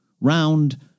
round